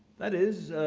that is,